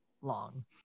long